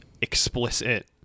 explicit